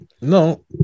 No